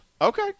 Okay